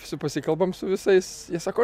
su pasikalbam su visais jie sako